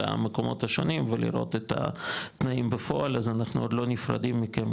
למקומות השונים ולראות את התנאים בפועל אז אנחנו עוד לא נפרדים מכם,